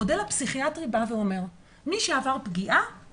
המודל הפסיכיאטרי בא ואומר: מי שעבר פגיעה,